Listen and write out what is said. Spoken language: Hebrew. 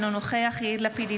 אינו נוכח יאיר לפיד,